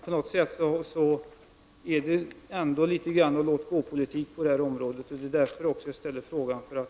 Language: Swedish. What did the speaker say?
På något sätt är det litet av låt-gå-politik. Det är därför som jag har framställt min fråga.